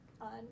on